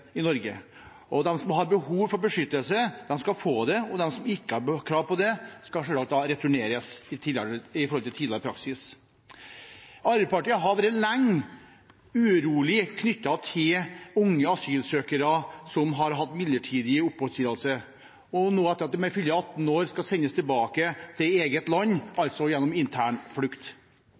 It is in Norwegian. i Norge. De som har behov for beskyttelse, skal få det, og de som ikke har krav på det, skal selvsagt returneres – som tidligere praksis. Arbeiderpartiet har lenge vært urolig for unge asylsøkere som har hatt midlertidig oppholdstillatelse og nå, etter at de fyller 18 år, skal sendes tilbake til eget land, altså gjennom